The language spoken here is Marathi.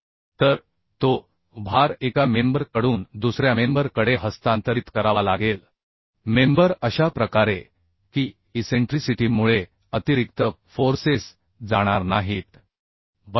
तर तो भार एका मेंबर कडून दुसऱ्या मेंबर कडे हस्तांतरित करावा लागेल मेंबर अशा प्रकारे की इसेंट्रिसिटी मुळे अतिरिक्त फोर्सेस जाणार नाहीत बरोबर